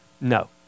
No